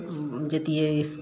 जैतियै